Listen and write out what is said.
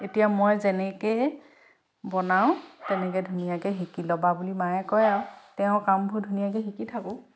এতিয়া মই যেনেকৈ বনাওঁ তেনেকৈ ধুনীয়াকৈ শিকি ল'বা বুলি মায়ে কয় আৰু তেওঁৰ কামবোৰ ধুনীয়াকৈ শিকি থাকোঁ